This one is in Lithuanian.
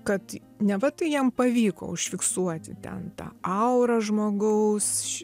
kad neva tai jam pavyko užfiksuoti ten tą aurą žmogaus